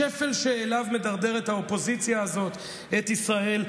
השפל שאליו מדרדרת האופוזיציה הזאת את ישראל,